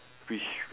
which